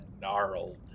gnarled